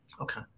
Okay